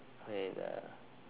wait uh